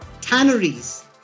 tanneries